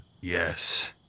Yes